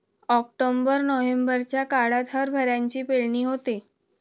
October नोव्हेंबरच्या काळात हरभऱ्याची पेरणी होते